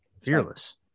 Fearless